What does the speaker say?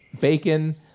bacon